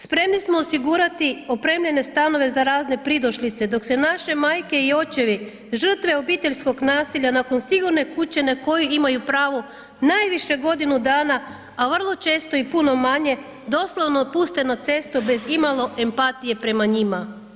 Spremni smo osigurati opremljene stanove za razne pridošlice dok se naše majke i očevi, žrtve obiteljskog nasilja nakon sigurne kuće na koju imaju pravo najviše godinu dana a vrlo često i puno manje doslovno puste na cestu bez imalo empatije prema njima.